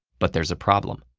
but there's a problem.